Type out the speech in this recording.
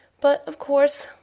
but, of course,